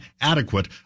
adequate